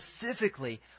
specifically